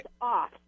off